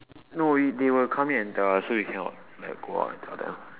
no wait they will come in tell us so we cannot go out and tell them